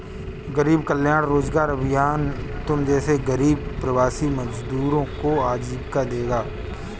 गरीब कल्याण रोजगार अभियान तुम जैसे गरीब प्रवासी मजदूरों को आजीविका देगा